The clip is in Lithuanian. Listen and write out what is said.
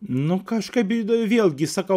nu kažkaip vėlgi sakau